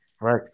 Right